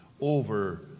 over